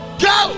go